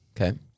Okay